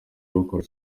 bakora